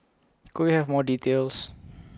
could we have more details